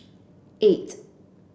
eight